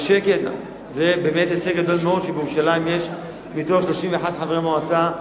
זה באמת הישג גדול מאוד שבירושלים יש מתוך 31 חברי מועצה,